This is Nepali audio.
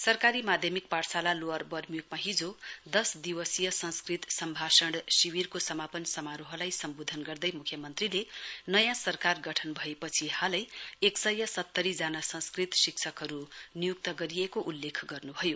सरकारी माध्यमिक पाठशाला लोवर बर्मियोकमा हिजो दस दिवसीय संस्कृत सम्भाषण शिविरको समापन समारोहलाई सम्वोधन गर्दै मुख्यमन्त्रीले नयाँ सरकार गठन भएपछि हालै एकसय सत्तरी जना संस्कृत शिक्षकहरु नियुक्त गरिएको उल्लेख गर्नुभयो